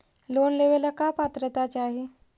Loan लेवेला का पात्रता चाही?